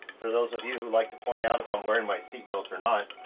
for those of you who like to point out if i'm wearing my seatbelt or not.